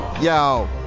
Yo